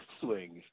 swings